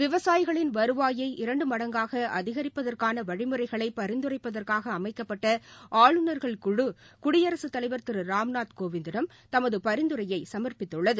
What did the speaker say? விவசாயிகளின் வருவாயை இரண்டு மடங்காக அதிகிட்பதற்காகவழிமுறைகளைபரிந்துரைப்பதற்காக அமைக்கப்பட்ட ஆளுநர்கள் குடியரசுத் குழு தலைவர் திருராம்நாத் கோவிந்திடம் தமதுபரிந்துரையைசம்ப்பித்துள்ளது